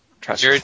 Trust